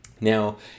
Now